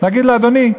נגיד לאדוני,